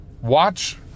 watch